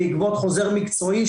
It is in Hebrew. בעקבות חוזר מקצועי,